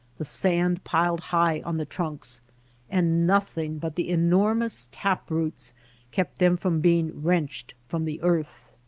the sand piled high on the trunks and nothing but the enormous tap-roots kept them from being wrenched from the earth.